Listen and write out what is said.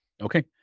Okay